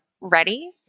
ready